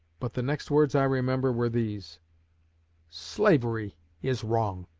but the next words i remember were these slavery is wrong